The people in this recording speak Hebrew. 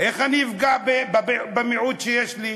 איך אני אפגע במיעוט שיש לי?